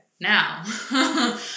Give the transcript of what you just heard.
now